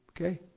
Okay